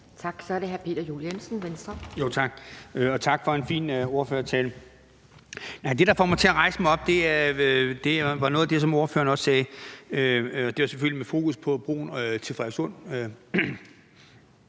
Kl. 15:49 Peter Juel-Jensen (V): Tak, og tak for en fin ordførertale. Det, der fik mig til at rejse mig op, var noget af det, som ordføreren sagde, og det var selvfølgelig det, der havde fokus på broen til Frederikssund.